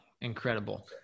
Incredible